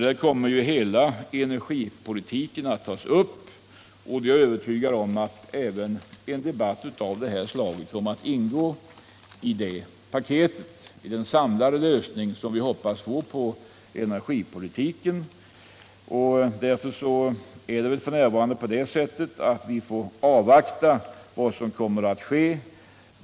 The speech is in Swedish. Där kommer hela energipolitiken att tas upp, och jag är övertygad om att även en debatt av det här slaget kommer att ingå i det paketet, i den samlade lösning vi hoppas få på energipolitiken. Därför får vi f.n. avvakta vad som kommer att ske.